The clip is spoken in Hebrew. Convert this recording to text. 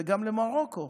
וגם למרוקו,